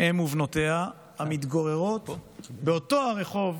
אם ובנותיה המתגוררות באותו הרחוב